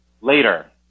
later